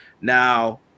Now